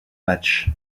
match